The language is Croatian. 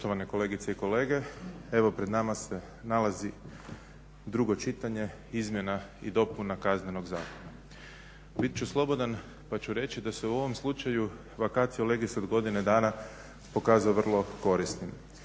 Poštovane kolegice i kolege. Evo pred nama se nalazi drugo čitanje izmjena i dopuna Kaznenog zakona. Bit ću slobodan pa ću reći da se u ovom slučaju vacatio legis od godine dana pokazao vrlo korisnim